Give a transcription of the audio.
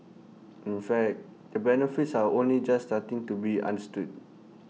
in fact the benefits are only just starting to be understood